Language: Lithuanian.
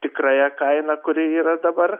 tikrąją kainą kuri yra dabar